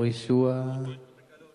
וכשהוא יוצא כתוב "וילן שם כי בא השמש".